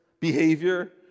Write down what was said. behavior